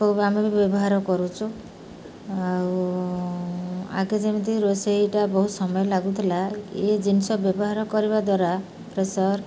ଖୁବ୍ ଆମେ ବି ବ୍ୟବହାର କରୁଛୁ ଆଉ ଆଗେ ଯେମିତି ରୋଷେଇଟା ବହୁତ ସମୟ ଲାଗୁଥିଲା ଏ ଜିନିଷ ବ୍ୟବହାର କରିବା ଦ୍ୱାରା ପ୍ରେସର୍